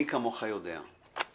מי כמוך יודע שחקיקה,